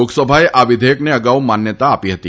લોકસભાએ આ વિધેયકને અગાઉ માન્યતા આપી હતી